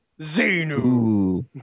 Xenu